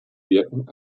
wirken